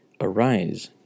Arise